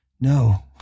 no